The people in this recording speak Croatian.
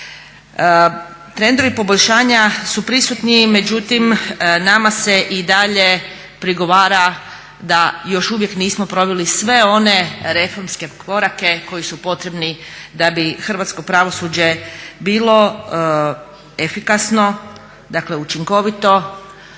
Trendovi poboljšanja su prisutni, međutim nama se i dalje prigovara da još uvijek nismo proveli sve one reformske korake koji su potrebni da bi hrvatsko pravosuđe bilo efikasno, dakle učinkovito